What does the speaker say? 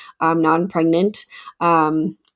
non-pregnant